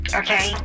okay